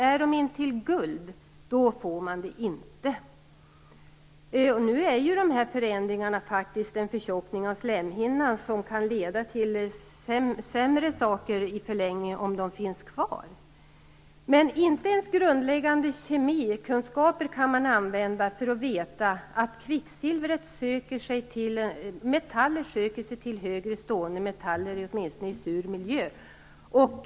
Är de intill guldfyllningar får man inte ersättning. Dessa förändringar innebär en förtjockning av slemhinnan som kan leda till värre saker i förlängningen om de får finnas kvar. Men man kan inte ens använda grundläggande kemikunskaper för att ta reda på att metaller söker sig till högre stående metaller, åtminstone i sur miljö.